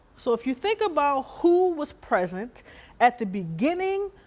so if you think about who was present at the beginning,